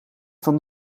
van